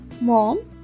mom